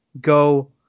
go